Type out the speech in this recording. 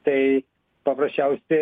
tai paprasčiausiai